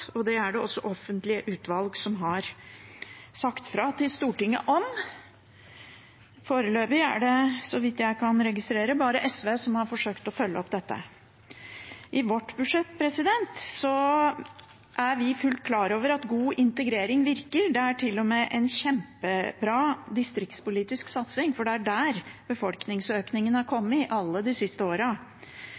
Det er det også offentlige utvalg som har sagt fra til Stortinget om. Foreløpig er det, så vidt jeg kan registrere, bare SV som har forsøkt å følge opp dette. I vårt budsjett er vi fullt klar over at god integrering virker. Det er til og med en kjempebra distriktspolitisk satsing, for det er der befolkningsøkningen har kommet alle de siste